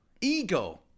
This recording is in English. Ego